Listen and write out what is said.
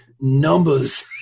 numbers